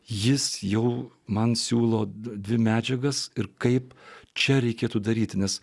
jis jau man siūlo dvi medžiagas ir kaip čia reikėtų daryti nes